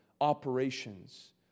operations